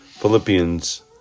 Philippians